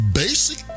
basic